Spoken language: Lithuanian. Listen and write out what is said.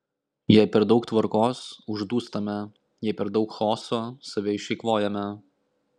jei per daug tvarkos uždūstame jei per daug chaoso save išeikvojame